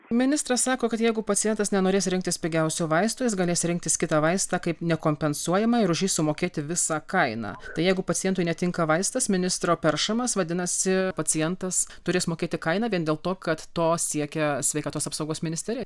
ministras sako kad jeigu pacientas nenorės rinktis pigiausio vaisto jis galės rinktis kitą vaistą kaip nekompensuojamą ir už jį sumokėti visą kainą tai jeigu pacientui netinka vaistas ministro peršamas vadinasi pacientas turės mokėti kainą vien dėl to kad to siekia sveikatos apsaugos ministerija